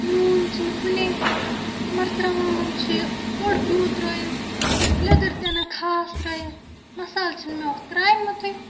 نوٗن چھُنہٕ کُنے مرژٕوانگُن چھِ اوٚڑ پیوٗنٛت ترٲوِتھ لیٚدٕر تہِ نہٕ خاص ترٛٲوِتھ مصال چھِنہٕ مےٚ اَتھ ترٛایمُتٕے